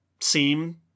seem